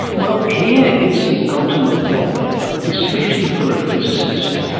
well, here is the ultimate problem, especially for a physicist.